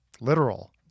literal